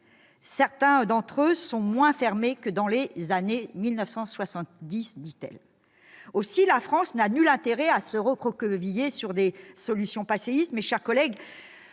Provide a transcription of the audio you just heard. Certains d'entre eux sont moins fermés que dans les années 1970. » Aussi, la France n'a nul intérêt à se recroqueviller sur des solutions passéistes. Mes chers collègues,